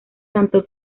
santo